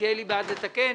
מלכיאלי בעד לתקן.